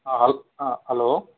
హల్ hello